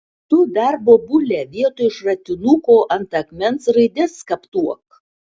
tu dar bobule vietoj šratinuko ant akmens raides skaptuok